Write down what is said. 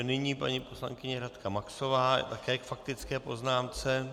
Nyní paní poslankyně Radka Maxová, také k faktické poznámce.